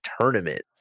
tournament